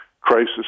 crisis